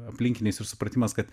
aplinkiniais ir supratimas kad